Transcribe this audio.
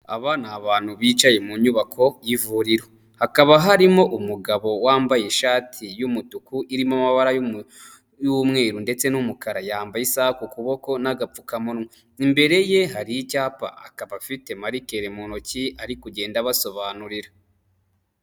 Aba ni abantu bicaye mu nyubako y'ivuriro, hakaba harimo umugabo wambaye ishati y'umutuku irimo amabara y'umweru ndetse n'umukara, yambaye isaha ku kuboko n'agapfukamunwa, imbere ye hari icyapa akaba afite marikei mu ntoki ari kugenda abasobanurira.